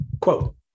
Quote